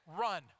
Run